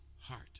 heart